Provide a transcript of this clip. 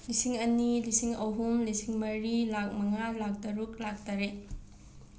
ꯂꯤꯁꯤꯡ ꯑꯅꯤ ꯂꯤꯁꯤꯡ ꯑꯍꯨꯝ ꯂꯤꯁꯤꯡ ꯃꯔꯤ ꯂꯥꯛ ꯃꯉꯥ ꯂꯥꯛ ꯇꯔꯨꯛ ꯂꯥꯛ ꯇꯔꯦꯠ